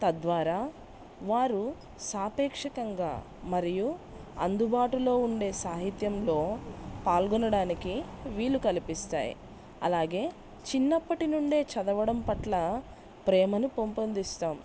తద్వారా వారు సాపేక్షకంగా మరియు అందుబాటులో ఉండే సాహిత్యంలో పాల్గొనడానికి వీలు కల్పిస్తాయి అలాగే చిన్నప్పటి నుండే చదవడం పట్ల ప్రేమను పెంపొందిస్తాం